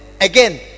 again